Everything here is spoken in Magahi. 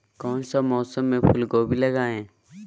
कौन सा मौसम में फूलगोभी लगाए?